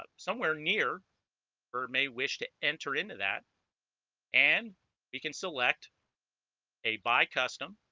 ah somewhere near or may wish to enter into that and we can select a buy custom